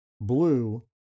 blue